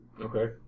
Okay